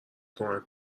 کمک